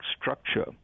structure